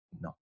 No